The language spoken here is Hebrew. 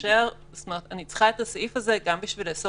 אני צריכה את הסעיף הזה גם בשביל לאסור